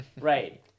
Right